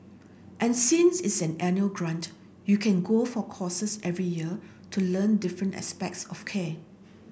and since it's an annual grant you can go for courses every year to learn different aspects of care